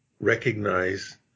recognize